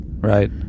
Right